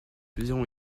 plusieurs